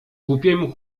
głupiemu